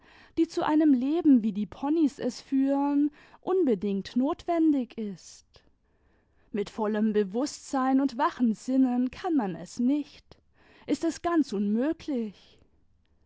die zu einem leben wie die ponys es führen unbedingt notwendig ist mit vollem bewußtsein und wachen sinnen kazm man es nicht ist es ganz unmöglich